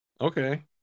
okay